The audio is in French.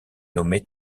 nommé